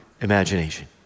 imagination